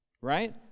Right